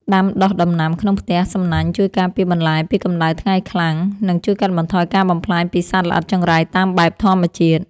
ដាំដុះដំណាំក្នុងផ្ទះសំណាញ់ជួយការពារបន្លែពីកម្ដៅថ្ងៃខ្លាំង និង ជួយកាត់បន្ថយការបំផ្លាញពីសត្វល្អិតចង្រៃតាមបែបធម្មជាតិ។